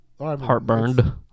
heartburned